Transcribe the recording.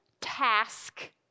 task